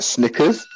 Snickers